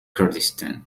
kurdistan